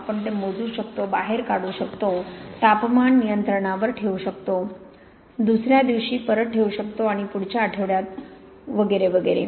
आपण ते मोजू शकतो बाहेर काढू शकतो तापमान नियंत्रणावर ठेवू शकतो दुसर्या दिवशी परत ठेवू शकतो आणि पुढच्या आठवड्यात परत ठेवू शकतो वगैरे वगैरे